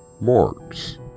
marks